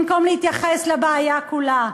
במקום להתייחס לבעיה כולה,